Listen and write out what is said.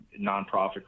nonprofit